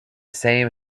same